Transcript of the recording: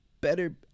better